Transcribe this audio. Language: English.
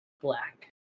black